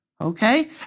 Okay